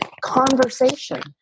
conversation